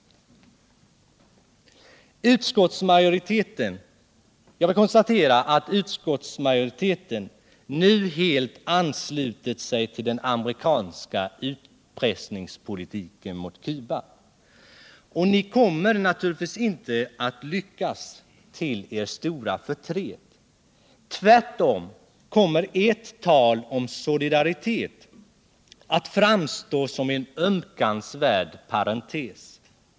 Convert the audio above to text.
Jag vill konstatera att utskottsmajoriteten nu helt anslutit sig till den amerikanska utpressningspolitiken mot Cuba. Ni kommer inte att lyckas, till er stora förtret. Tvärtom kommer ert tal om solidaritet att framstå som en ömkansvärd parentes.